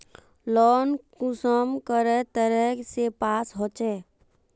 Loan कुंसम करे तरह से पास होचए?